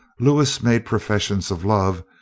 lewis made professions of love,